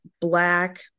black